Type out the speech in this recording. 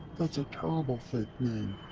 that's a terrible fake name!